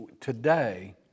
today